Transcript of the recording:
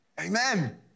Amen